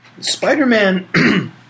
Spider-Man